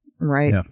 right